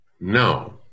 No